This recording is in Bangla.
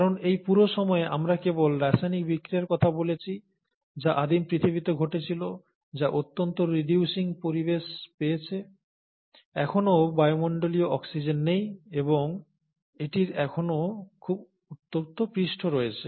কারণ এই পুরো সময়ে আমরা কেবল রাসায়নিক বিক্রিয়ার কথা বলেছি যা আদিম পৃথিবীতে ঘটেছিল যা অত্যন্ত রিডিউসিং পরিবেশ পেয়েছে এখনও বায়ুমণ্ডলীয় অক্সিজেন নেই এবং এটির এখনও খুব উত্তপ্ত পৃষ্ঠ রয়েছে